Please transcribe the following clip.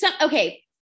Okay